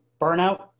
Burnout